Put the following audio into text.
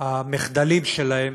המחדלים שלהם